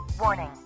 Warning